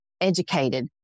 educated